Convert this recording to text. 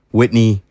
Whitney